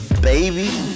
baby